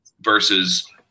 versus